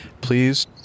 Please